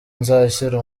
nzashyira